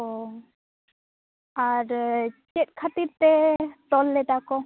ᱚ ᱟᱨ ᱪᱮᱫ ᱠᱷᱟᱹᱛᱤᱨ ᱛᱮ ᱛᱚᱞ ᱞᱮᱫᱟ ᱠᱚ